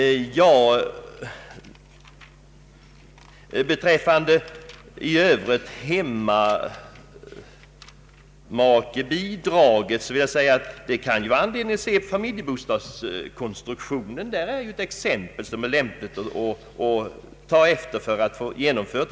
Beträffande hemmamakebidraget kan det vara lämpligt att titta på konstruktionen av familjebostadsbidraget. Det exemplet är efterföljansvärt.